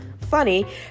funny